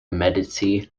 medici